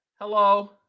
hello